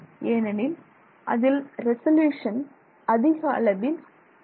ஏனெனில் அதில் ரெசல்யூசன் அதிக அளவில் இல்லை